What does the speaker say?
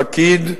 פקיד,